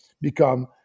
become